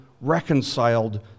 reconciled